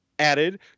added